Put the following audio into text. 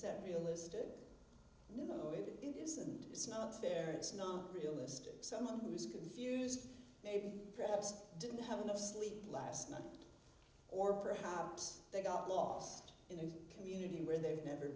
that realistic no it isn't it's not fair it's not realistic someone who is confused maybe perhaps didn't have enough sleep last night or perhaps they got lost in the community where they've never